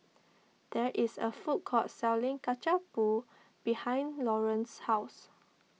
there is a food court selling Kacang Pool behind Laurance's house